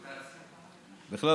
בכלל,